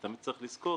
ותמיד צריך לזכור,